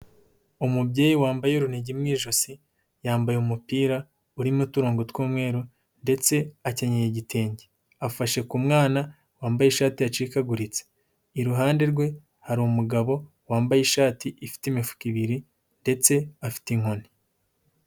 Umubyeyi wambaye urunigi mu ijosi, yambaye umupira urimo uturongo tw'umweru ndetse akenyeye igitenge. Afashe ku mwana, wambaye ishati yacikaguritse. Iruhande rwe, hari umugabo wambaye ishati ifite imifuka ibiri ndetse afite inkoni.